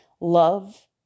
love